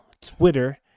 Twitter